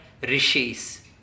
rishis